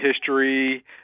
history